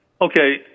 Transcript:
Okay